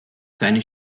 seine